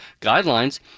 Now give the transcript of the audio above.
guidelines